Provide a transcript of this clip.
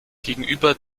gegenüber